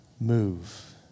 move